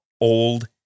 old